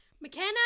McKenna